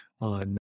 on